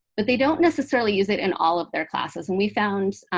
but they don't necessarily use it in all of their classes. and we found,